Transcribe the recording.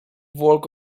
work